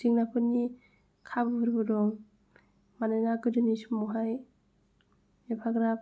जेंनाफोरनि खाबुफोरबो दं मानोना गोदोनि समावहाय एफाग्राब